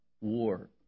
war